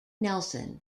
nelson